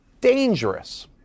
dangerous